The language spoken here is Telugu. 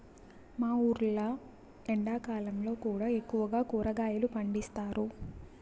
మా ఊర్లో ఎండాకాలంలో కూడా ఎక్కువగా కూరగాయలు పండిస్తారు